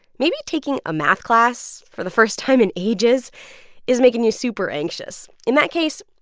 maybe taking a math class for the first time in ages is making you super anxious. in that case,